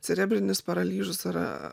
cerebrinis paralyžius ar